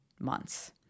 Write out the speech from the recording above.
months